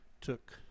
took